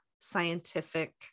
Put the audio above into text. scientific